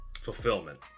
fulfillment